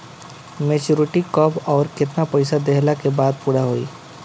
Maturity कब आउर केतना पईसा देहला के बाद पूरा होई?